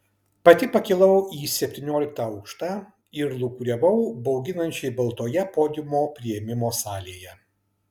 pati pakilau į septynioliktą aukštą ir lūkuriavau bauginančiai baltoje podiumo priėmimo salėje